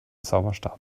zauberstab